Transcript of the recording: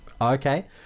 Okay